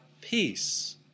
peace